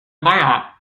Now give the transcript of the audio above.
meier